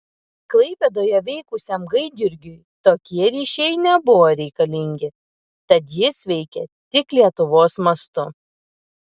klaipėdoje veikusiam gaidjurgiui tokie ryšiai nebuvo reikalingi tad jis veikė tik lietuvos mastu